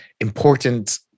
important